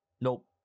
Nope